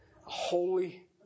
holy